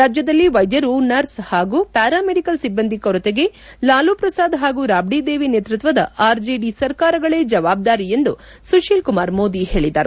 ರಾಜ್ದದಲ್ಲಿ ವೈದ್ಯರು ನರ್ಸ್ ಹಾಗೂ ಪ್ಚಾರಾ ಮೆಡಿಕಲ್ ಸಿಬ್ಬಂದಿ ಕೊರತೆಗೆ ಲಾಲೂ ಪ್ರಸಾದ್ ಹಾಗೂ ರಾಜ್ದಿದೇವಿ ನೇತ್ಪತ್ತದ ಆರ್ಜೆಡಿ ಸರ್ಕಾರಗಳೇ ಜವಾಬ್ಲಾರಿಯೆಂದು ಸುಶೀಲ್ ಕುಮಾರ್ ಮೋದಿ ಹೇಳಿದರು